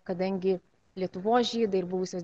kadangi lietuvos žydai ir buvusios